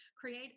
create